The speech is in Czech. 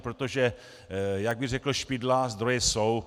Protože jak by řekl Špidla, zdroje jsou.